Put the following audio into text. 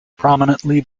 prominently